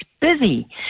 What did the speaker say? busy